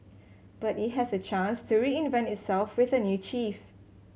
but it has a chance to reinvent itself with a new chief